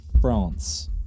France